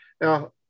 Now